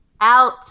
out